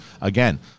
again